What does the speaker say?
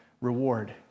reward